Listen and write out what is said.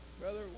Brother